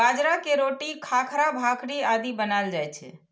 बाजरा के रोटी, खाखरा, भाकरी आदि बनाएल जाइ छै